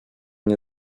nie